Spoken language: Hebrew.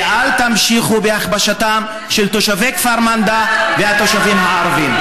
ואל תמשיכו בהכפשתם של תושבי כפר מנדא והתושבים הערבים.